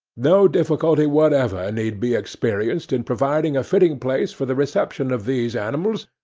no difficulty whatever need be experienced in providing a fitting place for the reception of these animals,